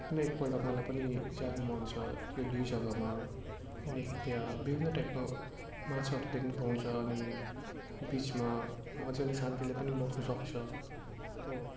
एक न एकपल्ट मलाई पनि जानु मन छ त्यो दुई जग्गामा किनकि त्यहाँ विभिन्न टाइपको माछाहरू देख्न पाउँछ अनि बिचमा मजाले शान्तिले पनि बस्नुसक्छ हो